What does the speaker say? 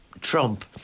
Trump